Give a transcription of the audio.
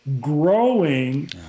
growing